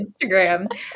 Instagram